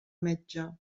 metge